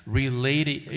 related